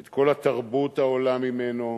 את כל התרבות העולה ממנו,